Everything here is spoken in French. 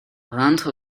rentre